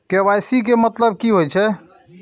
KYC के मतलब की होई छै?